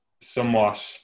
somewhat